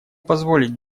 позволить